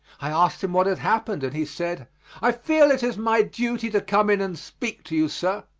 i asked him what had happened, and he said i feel it is my duty to come in and speak to you, sir,